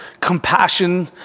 compassion